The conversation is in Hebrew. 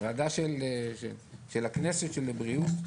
ועדה של הכנסת של הבריאות,